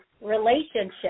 relationship